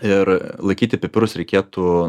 ir laikyti pipirus reikėtų